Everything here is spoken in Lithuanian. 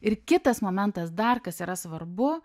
ir kitas momentas dar kas yra svarbu